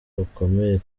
bakomeye